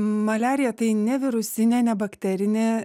maliarija tai ne virusinė ne bakterinė